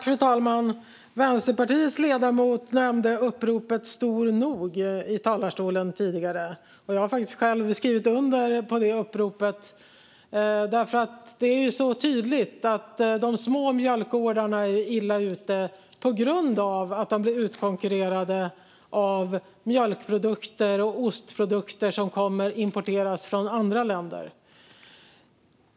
Fru talman! Vänsterpartiets ledamot nämnde tidigare uppropet Stor nog i talarstolen. Jag har faktiskt själv skrivit under uppropet. Det är så tydligt att de små mjölkgårdarna är illa ute på grund av att de blir utkonkurrerade av mjölkprodukter och ostprodukter som importeras från andra länder.